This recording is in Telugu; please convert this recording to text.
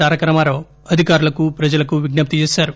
తారకరామారావు అధికారులకు ప్రజలకు విజ్ఞప్తి చేశారు